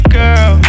girl